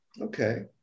Okay